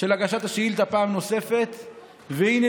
של הגשת השאילתה פעם נוספת והינה,